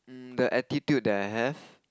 the attitude that I have